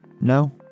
No